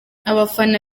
abafana